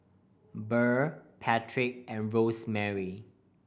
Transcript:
Burr Patrick and Rosemarie